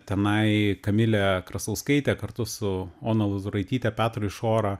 tenai kamilė krasauskaitė kartu su ona lozuraitytė petru išora